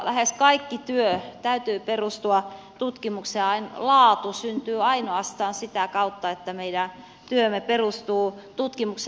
lähes kaiken työn täytyy perustua tutkimukseen ja laatu syntyy ainoastaan sitä kautta että meidän työmme perustuu tutkimukseen